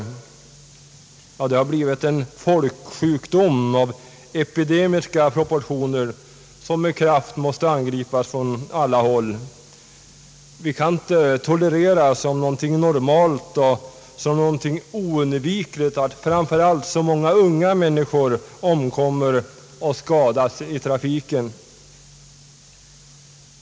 Trafikdöden har blivit en folksjukdom av epidemiska proportioner, som med kraft måste angripas från alla håll. Vi kan inte tolerera som någonting normalt och oundvikligt att framför allt så många unga människor omkommer och skadas i trafiken.